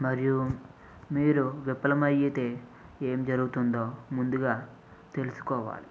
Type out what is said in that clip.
మరియు మీరు విఫలం అయితే ఏమి జరుగుతుందో ముందుగా తెలుసుకోవాలి